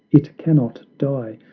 it cannot die,